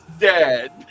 dead